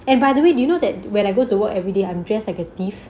and by the way you know that when I go to work everyday I'm just like a thief